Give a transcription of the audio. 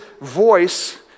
voice